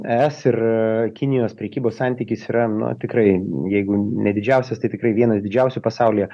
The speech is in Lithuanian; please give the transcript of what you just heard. e s ir kinijos prekybos santykis yra na tikrai jeigu ne didžiausias tai tikrai vienas didžiausių pasaulyje